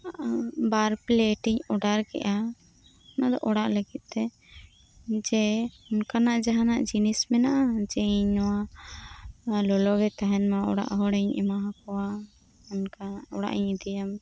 ᱵᱟᱨ plate ᱤᱧ order ᱠᱮᱫᱟ ᱱᱚᱣᱟ ᱫᱚ ᱚᱲᱟᱜ ᱞᱟᱹᱜᱤᱫ ᱛᱮ ᱡᱮ ᱚᱱᱠᱟᱱᱟᱜ ᱡᱟᱦᱟᱱᱟᱜ ᱡᱤᱱᱤᱥ ᱢᱮᱱᱟᱜᱼᱟ ᱡᱮ ᱤᱧ ᱱᱚᱣᱟ ᱞᱚᱞᱚ ᱜᱮ ᱛᱟᱦᱮᱱ ᱢᱟ ᱚᱲᱟᱜ ᱦᱚᱲᱮᱧ ᱮᱢᱟ ᱟᱠᱚᱣᱟ ᱚᱱᱠᱟ ᱚᱲᱟᱜ ᱤᱧ ᱤᱫᱤᱭᱟ